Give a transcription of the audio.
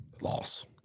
Loss